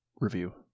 review